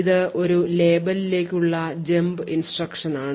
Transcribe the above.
ഇത് ഒരു ലേബലിലേക്കുള്ള jump ഇൻസ്ട്രക്ഷൻ ആണ്